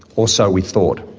or so we thought.